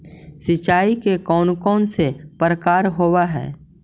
सिंचाई के कौन कौन से प्रकार होब्है?